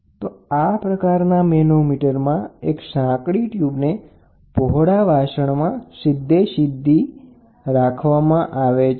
તો આ પ્રકારના મેનોમીટરમાં એક સાંકડી ટ્યુબને પહોળા વાસણમાં સીધેસીધી પ્રવેશ કરાવવામાં આવે છે